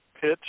pitch